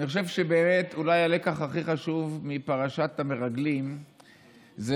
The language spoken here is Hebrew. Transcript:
אני חושב שהלקח הכי חשוב מפרשת המרגלים הוא